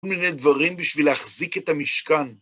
כל מיני דברים בשביל להחזיק את המשכן.